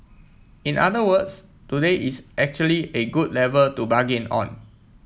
in other words today is actually a good level to bargain on